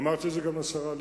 אמרתי את זה גם לשרה לבנת.